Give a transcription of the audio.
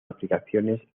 aplicaciones